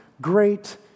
great